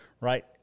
right